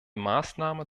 maßnahme